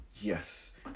yes